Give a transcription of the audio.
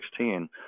2016